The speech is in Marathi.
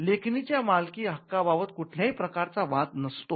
लेखणीच्या मालकी हक्काबाबत कुठल्याही प्रकारचा वाद नसतो